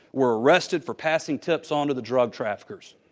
were arrested for passing tips on to the drug traffickers.